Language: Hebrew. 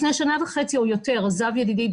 לפני שנה וחצי או יותר עזב ידידי,